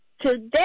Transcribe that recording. today